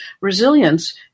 Resilience